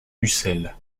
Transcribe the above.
ucel